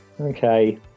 okay